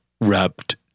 wrapped